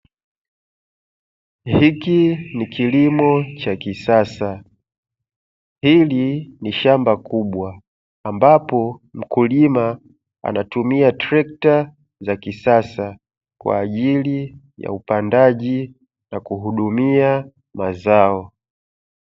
Hiki ni kilimo cha kisasa, hili ni shamba kubwa ambapo mkulima anatumia trekta za kisasa kwa ajili ya upandaji na kuhudumia mazao.